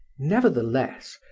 nevertheless,